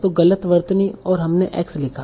तो गलत वर्तनी और हमने x लिखा